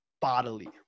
bodily